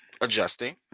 adjusting